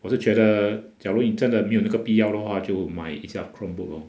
我是觉得假如你真的没有那个必要的话就买一架 chromebook lor